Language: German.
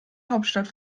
hauptstadt